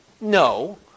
No